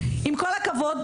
עם כל הכבוד,